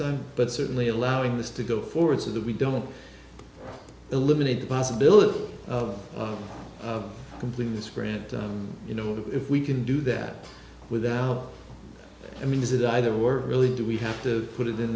time but certainly allowing this to go forward so that we don't eliminate the possibility of completing this grant you know if we can do that without i mean does it either work really do we have to put it in